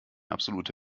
absolute